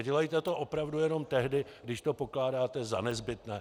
Dělejte to opravdu jenom tehdy, když to pokládáte za nezbytné.